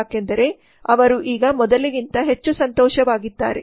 ಯಾಕೆಂದರೆ ಅವರು ಈಗ ಮೊದಲಿಗಿಂತ ಹೆಚ್ಚು ಸಂತೋಷವಾಗಿದ್ದಾರೆ